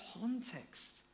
context